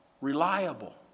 Reliable